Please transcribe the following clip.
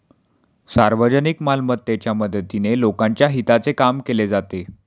सार्वजनिक मालमत्तेच्या मदतीने लोकांच्या हिताचे काम केले जाते